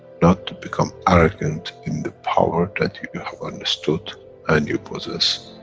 not to become arrogant in the power that you have understood and you possess,